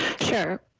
Sure